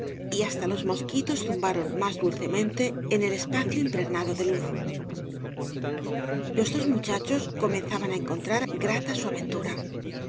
y haeta los mosquitos zumbaron más dulcemente en el espacio impregnado de luz los dos muchachos comeiizaban á encontrar grata su aventura